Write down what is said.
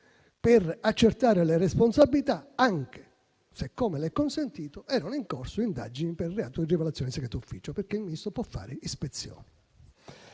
per accertare le responsabilità, anche se - come lei ha acconsentito - erano in corso indagini per reato di agevolazione di segreti d'ufficio, perché il Ministro può fare ispezioni.